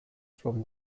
from